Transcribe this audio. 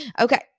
Okay